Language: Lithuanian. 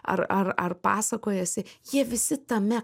ar ar ar pasakojasi jie visi tame